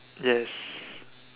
yes